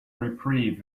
reprieve